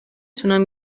توانم